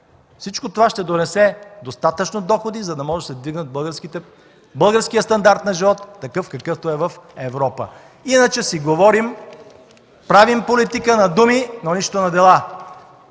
всичко това ще донесе достатъчно доходи, за да може да се вдигне българският стандарт на живот такъв, какъвто е в Европа. Иначе си говорим, правим политика на думи, но нищо на дела.